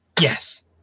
yes